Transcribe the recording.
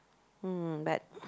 hmm but